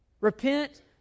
Repent